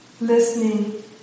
listening